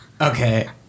Okay